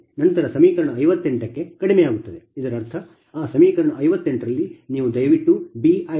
ನಂತರ ಸಮೀಕರಣ 58 ಕ್ಕೆ ಕಡಿಮೆಯಾಗುತ್ತದೆ ಇದರರ್ಥ ಆ ಸಮೀಕರಣ 58 ರಲ್ಲಿ ನೀವು ದಯವಿಟ್ಟು Bij0